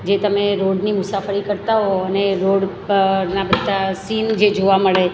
જે તમે રોડની મુસાફરી કરતાં હો અને રોડ પરના બધા સીન જે જોવા મળે